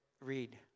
read